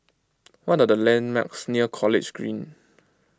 what are the landmarks near College Green